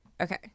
Okay